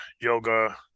yoga